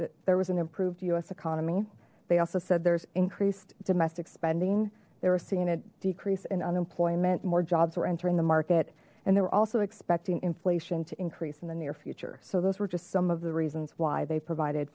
that there was an improved us economy they also said there's increased domestic spending they were seeing a decrease in unemployment more jobs were entering the market and they were also expecting inflation to increase in the near future so those were just some of the reasons why they provided